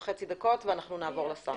תודה.